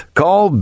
call